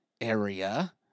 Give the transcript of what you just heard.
area